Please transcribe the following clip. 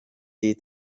die